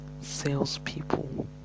salespeople